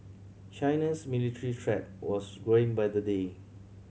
China's military threat was growing by the day